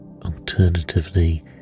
Alternatively